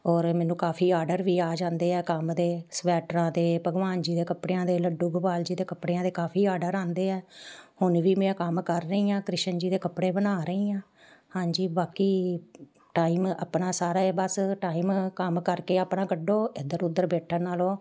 ਔਰ ਮੈਨੂੰ ਕਾਫ਼ੀ ਆਡਰ ਵੀ ਆ ਜਾਂਦੇ ਹੈ ਕੰਮ ਦੇ ਸਵੈਟਰਾਂ ਦੇ ਭਗਵਾਨ ਜੀ ਦੇ ਕੱਪੜਿਆਂ ਦੇ ਲੱਡੂ ਗੁਪਾਲ ਜੀ ਦੇ ਕੱਪੜਿਆਂ ਦੇ ਕਾਫ਼ੀ ਆਡਰ ਆਉਂਦੇ ਹੈ ਹੁਣ ਵੀ ਮੈਂ ਕੰਮ ਕਰ ਰਹੀ ਹਾਂ ਕ੍ਰਿਸ਼ਨ ਜੀ ਦੇ ਕੱਪੜੇ ਬਣਾ ਰਹੀ ਹਾਂ ਹਾਂਜੀ ਬਾਕੀ ਟਾਈਮ ਆਪਣਾ ਸਾਰਾ ਬਸ ਟਾਈਮ ਕੰਮ ਕਰਕੇ ਆਪਣਾ ਕੱਢੋ ਇੱਧਰ ਉੱਧਰ ਬੈਠਣ ਨਾਲੋਂ